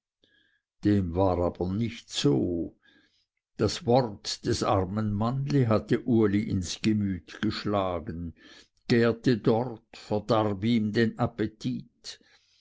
dem war aber nicht so das wort des armen mannli hatte uli ins gemüt geschlagen gärte dort verdarb ihm den appetit